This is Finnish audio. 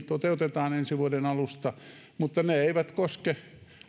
toteutetaan ensi vuoden alusta mutta tämä ei koske